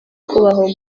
kubaho